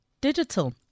digital